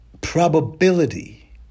probability